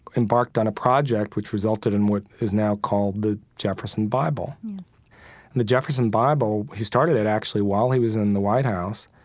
embarked on a project which resulted in what is now called the jefferson bible yes and the jefferson bible, he started it actually while he was in the white house.